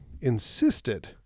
insisted